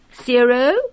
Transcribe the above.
zero